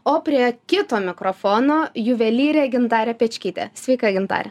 o prie kito mikrofono juvelyrė gintarė pečkytė sveika gintare